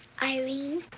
irene.